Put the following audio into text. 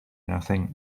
nothing